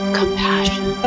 compassion